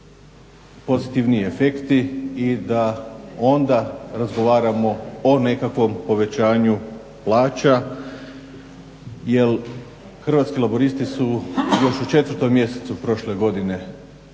pozitivni efekti i da onda razgovaramo o nekakvom povećanju plaća. Jer Hrvatski laburisti su već u 4. mjesecu prošle godine